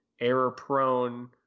error-prone